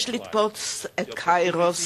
יש לתפוס את "קאירוס",